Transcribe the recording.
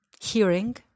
hearing